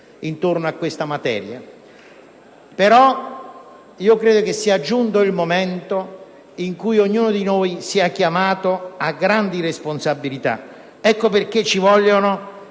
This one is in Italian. attorno a questa materia. Credo però sia giunto il momento in cui ognuno di noi è chiamato a grandi responsabilità. Ecco perché ci vogliono